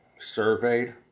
surveyed